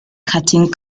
cutting